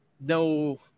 no